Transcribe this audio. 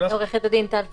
עורכת הדין טל פוקס,